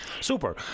Super